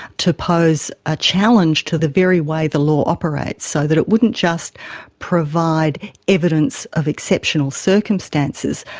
to pose a challenge to the very way the law operates, so that it wouldn't just provide evidence of exceptional circumstances,